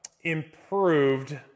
improved